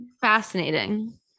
fascinating